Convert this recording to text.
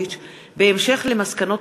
משה מזרחי,